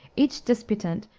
each disputant,